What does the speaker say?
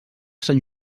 sant